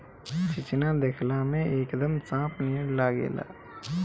चिचिना देखला में एकदम सांप नियर लागेला